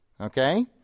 Okay